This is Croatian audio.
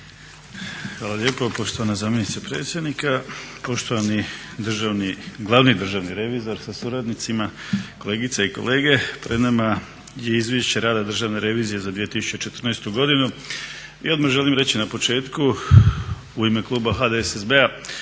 Hvala lijepo poštovana zamjenice predsjednika, poštovani državni glavni državni revizor sa suradnicima, kolegice i kolege. Pred nama je Izvješće rada Državne revizije za 2014. godinu i odmah želim reći na početku u ime kluba HDSSB-a